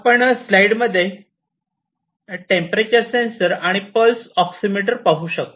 आपण स्लाइडमध्ये आपण टेंपरेचर सेंसर आणि पल्स ऑक्सी मिटर पाहू शकतो